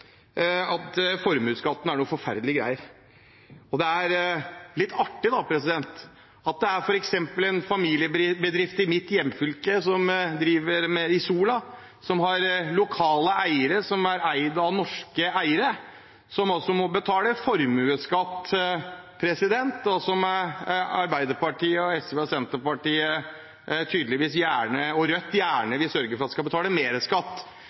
hvor formuesskatten er den store, stygge ulven. Rødt, SV og Arbeiderpartiet mener at formuesskatten er noen forferdelige greier. Det er litt artig at det er f.eks. en familiebedrift, Isola, i mitt hjemfylke som har lokale eiere, som har norske eiere, og som altså må betale formuesskatt – og som Arbeiderpartiet SV, Senterpartiet og Rødt gjerne vil sørge for skal betale mer skatt.